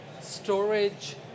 storage